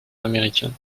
américains